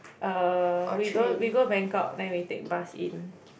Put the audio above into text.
uh we go we go Bangkok then we take bus in